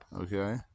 okay